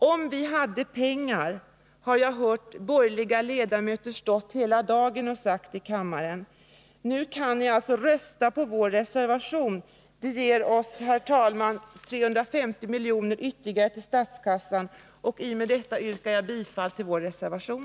”Om vi hade pengar”, har jag hört borgerliga ledamöter säga hela dagen här i kammaren. Ni har nu möjlighet att rösta för vår reservation. Ett bifall till den ger, herr talman, ytterligare 350 miljoner till statskassan. Med detta yrkar jag bifall till vår reservation.